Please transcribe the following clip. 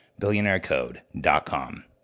BillionaireCode.com